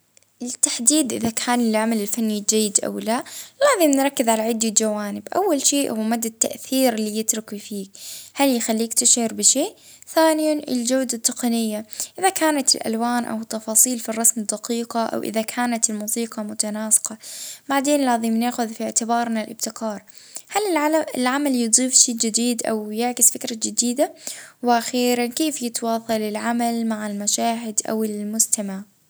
اه الأثر اللي يخليه العمل اه في المشاهد أو القارئ هو المقياس الأساسي.